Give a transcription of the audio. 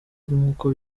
nk’uko